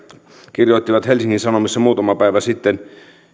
kirjoitti helsingin sanomissa muutama päivä sitten